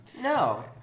No